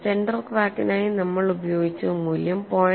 centre ക്രാക്കിനായി നമ്മൾ ഉപയോഗിച്ച മൂല്യം 0